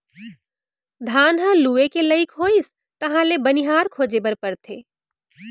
धान ह लूए के लइक होइस तहाँ ले बनिहार खोजे बर परथे